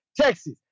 Texas